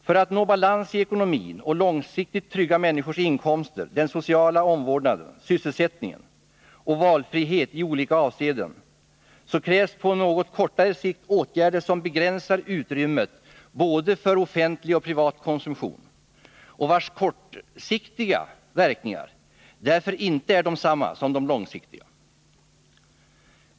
För att nå balans i ekonomin och långsiktigt trygga människors inkomster, den sociala omvårdnaden, sysselsättningen och valfrihet i olika avseenden krävs på något kortare sikt åtgärder som begränsar utrymmet för både offentlig och privat konsumtion och vars kortsiktiga verkningar därför inte är desamma som de långsiktiga.